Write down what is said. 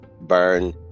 burn